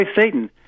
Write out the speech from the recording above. Satan